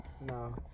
No